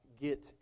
get